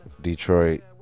Detroit